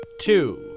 two